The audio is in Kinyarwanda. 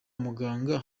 muganga